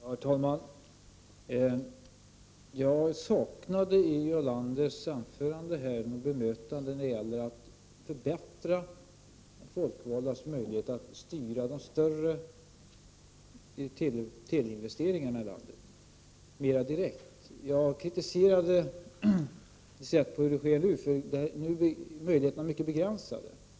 Herr talman! Jag saknade i Jarl Landers anförande ett bemötande när det gällde att förbättra de folkvaldas möjligheter att mera direkt styra de större teleinvesteringarna i landet. Jag kritiserade det sätt på vilket styrningen sker nu och där möjligheterna är mycket begränsade.